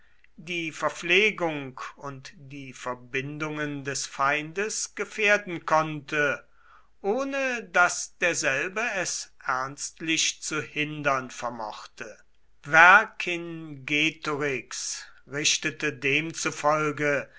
die verpflegung und die verbindungen des feindes gefährden konnte ohne daß derselbe es ernstlich zu hindern vermochte vercingetorix richtete demzufolge